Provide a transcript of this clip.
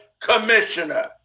commissioner